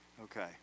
Okay